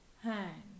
Hand